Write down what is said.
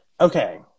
Okay